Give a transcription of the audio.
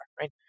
right